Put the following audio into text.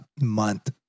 month